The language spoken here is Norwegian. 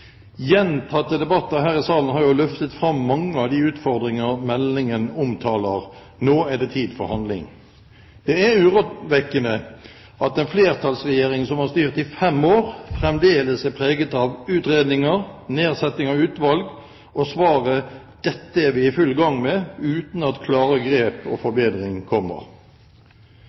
Gjentatte debatter her i salen har jo løftet fram mange av de utfordringer meldingen omtaler, nå er det tid for handling. Det er urovekkende at en flertallsregjering som har styrt i fem år, fremdeles er preget av utredninger, nedsetting av utvalg og svaret «dette er vi i full gang med», uten at klare grep og forbedring kommer.